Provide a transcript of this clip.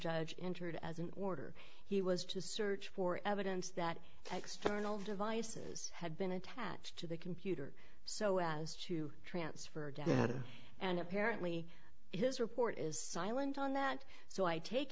judge entered as an order he was to search for evidence that external devices had been attached to the computer so as to transfer data and apparently his report is silent on that so i take